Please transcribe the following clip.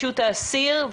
הרשות לשיקום האסיר.